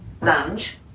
Lounge